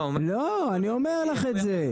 לא, אני אומר לך את זה.